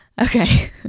Okay